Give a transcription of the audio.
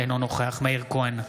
אינו נוכח מאיר כהן,